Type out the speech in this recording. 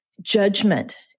judgment